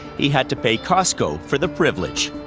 he had to pay costco for the privilege.